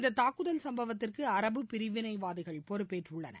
இந்த தாக்குதல் சம்பவத்திற்கு அரபு பிரிவினைவாதிகள் பொறுப்பேற்றனர்